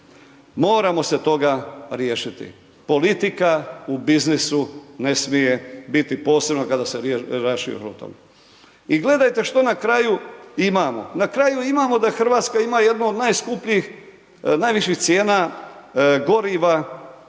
Moramo se toga riješiti. Politika u biznisu ne smije biti, posebno kada se .../Govornik se ne razumije./... I gledajte što na kraju imamo, na kraju imamo da Hrvatska ima jednu od najskupljih, najviših cijena goriva